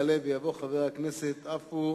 יעלה ויבוא חבר הכנסת עפו